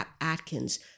Atkins